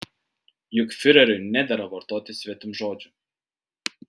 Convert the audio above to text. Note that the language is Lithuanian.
juk fiureriui nedera vartoti svetimžodžių